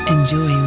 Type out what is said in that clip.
Enjoy